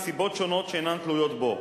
מסיבות שונות שאינן תלויות בו.